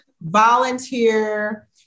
volunteer